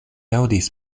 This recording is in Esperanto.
aŭdis